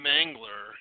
Mangler